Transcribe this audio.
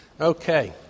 Okay